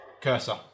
Cursor